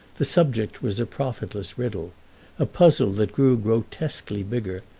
the subject was a profitless riddle a puzzle that grew grotesquely bigger,